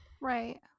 Right